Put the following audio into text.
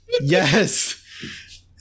Yes